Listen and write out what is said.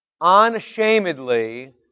unashamedly